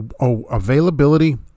availability